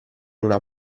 una